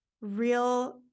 real